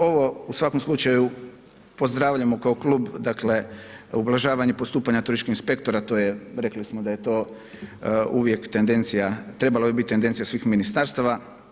Ovo u svakom slučaju pozdravljamo kao klub, dakle, ublažavanje postupanje turističkih sektora, to je, rekli smo da je to uvijek tendencija, trebala je biti tendencija svih ministarstava.